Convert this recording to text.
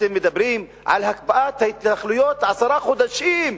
אתם מדברים על הקפאת ההתנחלויות עשרה חודשים.